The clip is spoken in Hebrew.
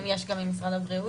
ואם יש גם נציגים ממשרד הבריאות.